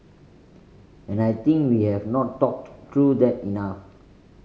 and I think we have not talked through that enough